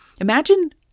Imagine